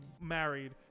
married